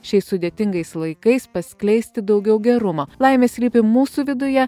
šiais sudėtingais laikais paskleisti daugiau gerumo laimė slypi mūsų viduje